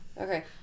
Okay